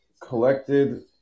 collected